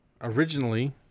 originally